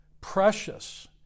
precious